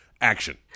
Action